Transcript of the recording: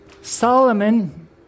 Solomon